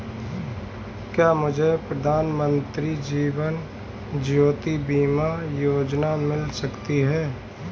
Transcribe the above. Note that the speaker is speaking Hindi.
क्या मुझे प्रधानमंत्री जीवन ज्योति बीमा योजना मिल सकती है?